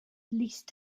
least